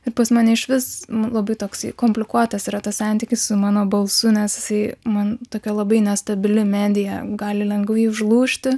ir pas mane išvis labai toksai komplikuotas yra tas santykis su mano balsu nes jisai man tokia labai nestabili medija gali lengvai užlūžti